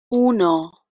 uno